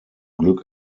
glück